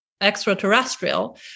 extraterrestrial